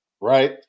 right